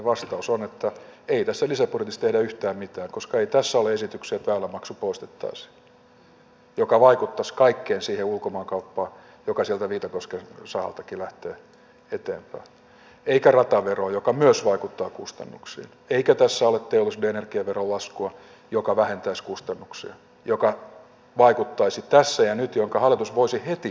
vastaus on että ei tässä lisäbudjetissa tehdä yhtään mitään koska ei tässä ole esityksiä että väylämaksu poistettaisiin mikä vaikuttaisi kaikkeen siihen ulkomaankauppaan joka sieltä viitakosken sahaltakin lähtee eteenpäin eikä rataveroa joka myös vaikuttaa kustannuksiin eikä tässä ole teollisuuden energiaveron laskua joka vähentäisi kustannuksia ja joka vaikuttaisi tässä ja nyt ja jonka hallitus voisi heti päättää